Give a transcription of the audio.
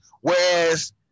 Whereas